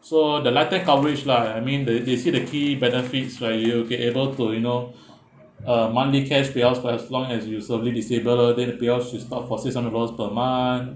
so the lighter coverage lah I mean they they say the key benefits where you can able to you know uh monthly cash pay outs for as long as you severely disabled than the pay out should start for six hundred per month